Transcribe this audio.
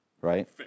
Right